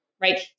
right